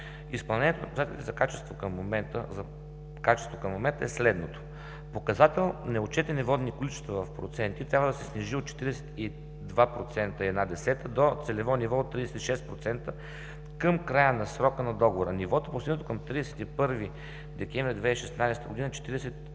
изпълнението на показателите за качество към момента е следното. Показател „Неотчетени водни количества“ – в проценти, трябва се снижи от 42,1% до целево ниво от 36% към края на срока на договора. Нивото, постигнато към 31 декември 2016 г. е,